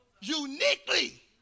uniquely